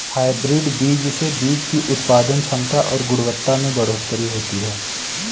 hybrid बीज से बीज की उत्पादन क्षमता और गुणवत्ता में बढ़ोतरी होती है